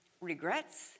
regrets